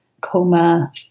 coma